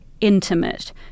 intimate